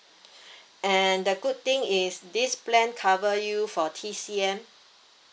and the good thing is this plan cover you for T_C_M